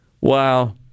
Wow